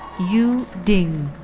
yu ding,